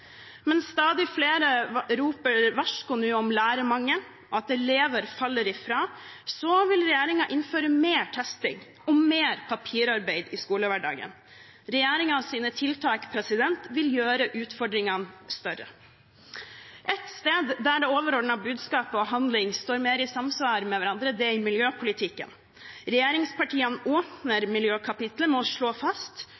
Men regjeringsplattformen nevner ikke skolemat eller fysisk aktivitet, og fraværet av den nylig vedtatte lærernormen lyser mot oss både i erklæringen og i statsministerens framlegg. Mens stadig flere nå roper varsko om lærermangel og at elever faller fra, vil regjeringen innføre mer testing og mer papirarbeid i skolehverdagen. Regjeringens tiltak vil gjøre utfordringene større. Ett sted der det overordnede budskapet og handling står mer